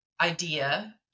idea